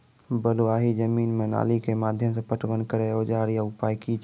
बलूआही जमीन मे नाली के माध्यम से पटवन करै औजार या उपाय की छै?